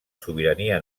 sobirania